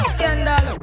Scandal